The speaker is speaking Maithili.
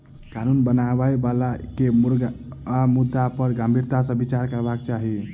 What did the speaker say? कानून बनाबय बला के मुर्गाक मुद्दा पर गंभीरता सॅ विचार करबाक चाही